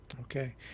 Okay